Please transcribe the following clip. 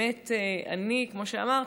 כמו שאמרתי,